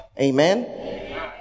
Amen